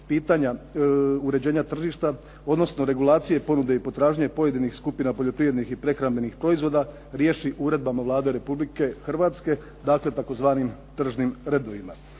pitanja uređenja tržišta odnosno regulacije ponude i potražnje pojedinih skupina poljoprivrednih i prehrambenih proizvoda riješi uredbama Vlade Republike Hrvatske, dakle tzv. tržnim redovima.